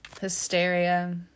hysteria